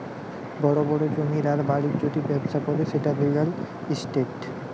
বড় বড় জমির আর বাড়ির যদি ব্যবসা করে সেটা রিয়্যাল ইস্টেট